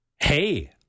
Hey